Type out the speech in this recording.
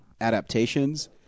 adaptations